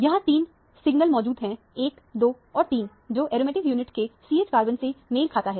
यहां तीन सिग्नल मौजूद है 12 और 3 जो एरोमेटिक यूनिट के CH कार्बन से मेल खाता है